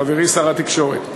חברי שר התקשורת,